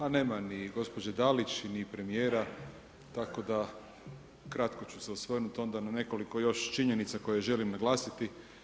A nema ni gospođe Dalić, ni premijera tako da kratko ću se svrnuti onda na nekoliko još činjenica koje želim naglasiti.